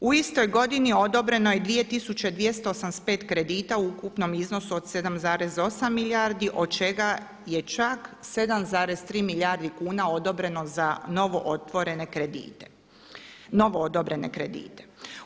U istoj godini odobreno je 2285 kredita u ukupnom iznosu do 7,8 milijardi od čega je čak 7,3 milijarde kuna odobreno za novootvorene kredite, novoodobrene kredite.